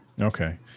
Okay